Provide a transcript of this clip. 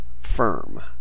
firm